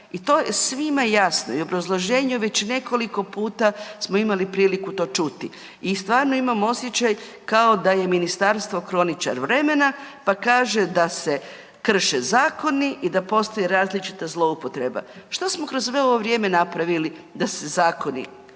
i to je svima jasno i u obrazloženju već nekoliko smo priliku to čuti. I stvarno imam osjećaj da je kao ministarstvo kroničar vremena pa kaže da se krše zakoni i da postoji različita zloupotreba. Što smo kroz svo ovo vrijeme napravili da se zakoni,